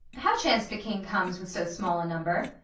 how chance the king comes with so small a number?